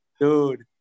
dude